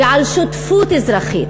ועל שותפות אזרחית,